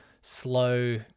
slow